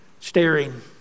staring